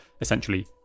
essentially